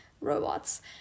robots